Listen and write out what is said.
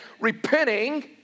repenting